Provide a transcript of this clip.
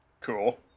cool